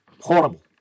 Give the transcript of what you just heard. Horrible